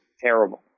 terrible